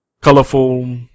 colorful